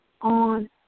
on